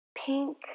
pink